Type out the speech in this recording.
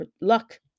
luck